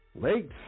late